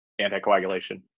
anticoagulation